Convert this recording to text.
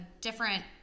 different